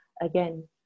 again